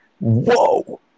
Whoa